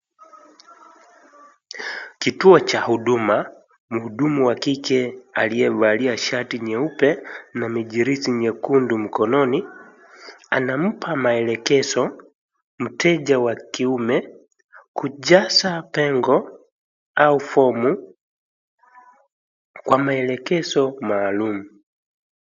Kituo cha huduma, mhudumu wa kike aliyevalia shati nyeupe na mijirisi nyekundu mkononi anampa maelekezo mteja wa kiume kujaza pengo au fomu kwa maelekezo maalum.